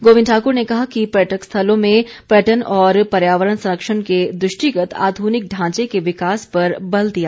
गोविंद ठाकुर ने कहा कि पर्यटक स्थलों में पर्यटन और पर्यावरण संरक्षण के दृष्टिगत आध्निक ढांचे के विकास पर बल दिया जा रहा हैं